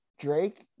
Drake